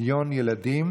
מיליון ילדים.